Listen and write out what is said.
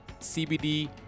CBD